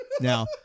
now